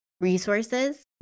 resources